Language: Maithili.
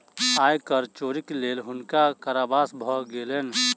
आय कर चोरीक लेल हुनका कारावास भ गेलैन